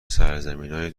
سرزمینای